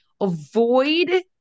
Avoid